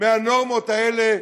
מהנורמות האלה?